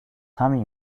همین